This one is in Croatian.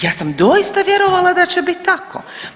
Ja sam doista vjerovala da će biti tako.